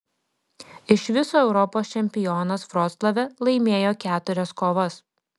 iš viso europos čempionas vroclave laimėjo keturias kovas